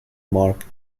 mark